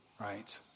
right